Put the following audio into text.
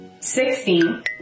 sixteen